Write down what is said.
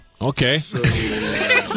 okay